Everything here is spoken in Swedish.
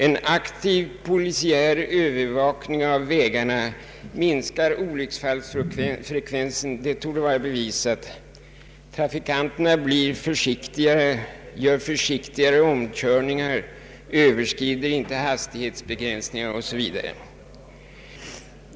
En aktiv polisiär övervakning av vägarna minskar olycksfallsfrekvensen — det torde vara bevisat. Trafikanterna blir försiktigare, gör försiktigare omkörningar, överskrider inte hastighetsbegränsningar o.s.v.